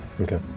Okay